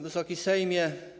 Wysoki Sejmie!